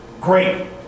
great